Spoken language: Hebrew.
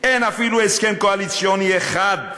אין אפילו הסכם קואליציוני אחד,